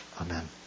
amen